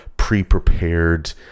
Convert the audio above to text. pre-prepared